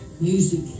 music